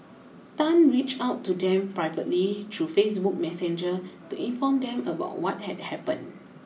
Tan reached out to them privately through Facebook Messenger to inform them about what had happened